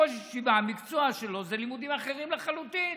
ראש ישיבה, המקצוע שלו זה לימודים אחרים לחלוטין.